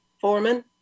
Foreman